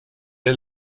est